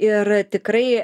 ir tikrai